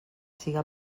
siga